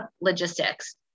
logistics